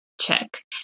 check